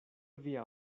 via